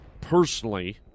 personally